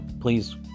please